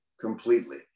completely